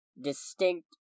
distinct